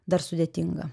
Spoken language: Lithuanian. dar sudėtinga